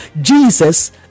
Jesus